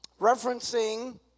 referencing